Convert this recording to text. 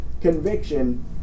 conviction